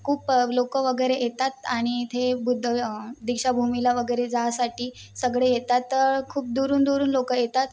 खूप लोकं वगैरे येतात आणि इथे बुद्ध दीक्षाभूमीला वगैरे जासाठी सगळे येतात तर खूप दुरून दुरून लोकं येतात